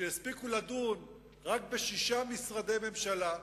שהספיקו לדון רק בשישה משרדי ממשלה.